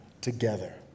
together